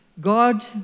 God